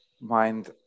mind